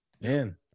Man